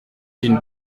d’une